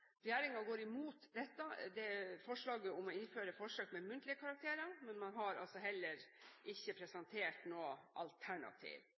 går imot forslaget om å innføre forsøk med muntlige karakterer, men man har heller ikke presentert noe alternativ.